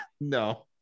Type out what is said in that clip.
No